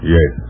Yes